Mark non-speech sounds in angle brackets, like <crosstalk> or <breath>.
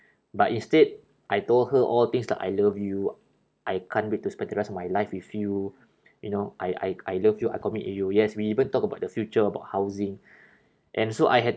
but instead I told her all things like I love you I can't wait to spend the rest of my life with you you know I I I love you I commit with you yes we even talk about the future about housing <breath> and so I had